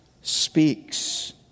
speaks